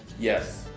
yes.